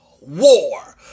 war